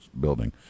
building